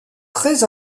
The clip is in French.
très